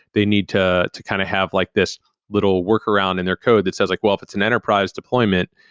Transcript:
they need to to kind of have like this little workaround in their code that says, like well, if it's an enterprise deployment,